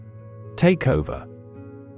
Takeover